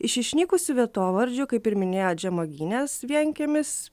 iš išnykusių vietovardžių kaip ir minėjot žemuogynės vienkiemis